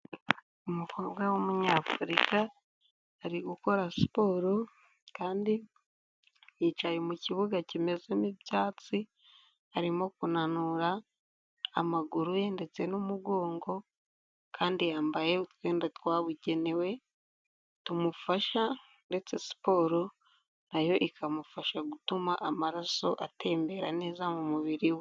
Umukobwa w'umunyafurika ari gukora siporo kandi yicaye mu kibuga kimezemo ibyatsi, arimo kunanura amaguru ye ndetse n'umugongo kandi yambaye utwenda twabugenewe tumufasha ndetse siporo na yo ikamufasha gutuma amaraso atembera neza mu mubiri we.